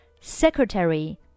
Secretary